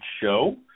show